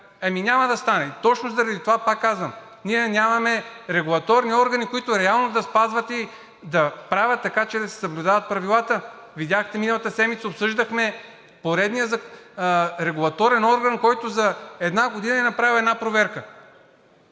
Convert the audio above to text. Точно заради това пак казвам: ние нямаме регулаторни органи, които реално да спазват и да правят така, че да се съблюдават правилата. Видяхте миналата седмица – обсъждахме поредния регулаторен орган, който за една година е направил една проверка!